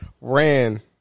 ran